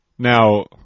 Now